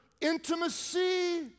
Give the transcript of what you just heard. intimacy